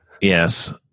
Yes